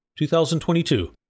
2022